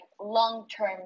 long-term